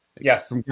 Yes